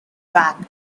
backs